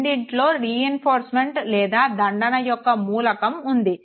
రెండిట్లో రెయిన్ఫోర్స్మెంట్ లేదా దండన యొక్క మూలకం ఉంది